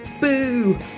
boo